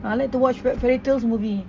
I like to watch fairy tales movie